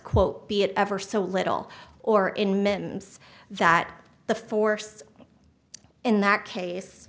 quote be it ever so little or in mims that the force in that case